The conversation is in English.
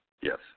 Yes